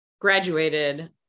graduated